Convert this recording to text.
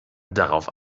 darauf